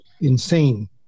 Insane